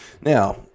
Now